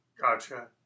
Gotcha